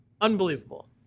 unbelievable